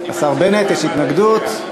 השר בנט, יש התנגדות?